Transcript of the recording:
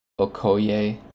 okoye